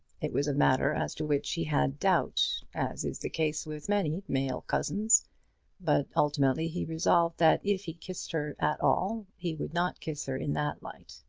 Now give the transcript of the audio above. it was a matter as to which he had doubt as is the case with many male cousins but ultimately he resolved that if he kissed her at all he would not kiss her in that light,